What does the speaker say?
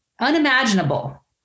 unimaginable